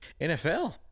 NFL